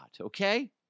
Okay